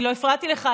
אני לא הפרעתי לך.